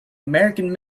american